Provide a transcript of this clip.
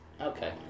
Okay